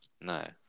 No